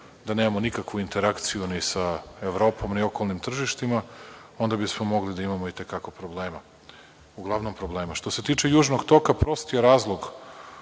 da nemamo nikakvu interakciju sa Evropom i okolnim tržištima, onda bismo mogli da imamo i te kako problema. Što se tiče Južnog toka, prost je razlog